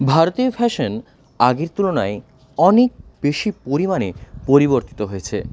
ভারতীয় ফ্যাশন আগের তুলনায় অনেক বেশি পরিমাণে পরিবর্তিত হয়েছে